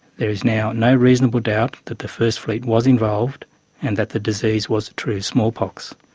there is now, no reasonable doubt that the first fleet was involved and that the disease was true smallpox.